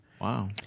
Wow